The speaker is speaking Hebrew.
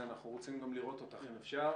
אנחנו רוצים גם לראות אותך, אם אפשר.